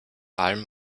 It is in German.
allem